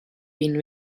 been